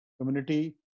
community